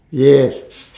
yes